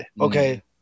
Okay